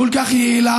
כל כך יעילה,